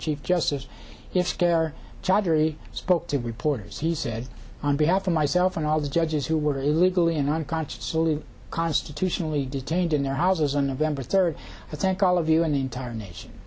chief justice if jr john kerry spoke to reporters he said on behalf of myself and all the judges who were illegally in unconsciously constitutionally detained in their houses on november third i thank all of you and the entire nation